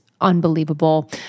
Unbelievable